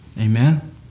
Amen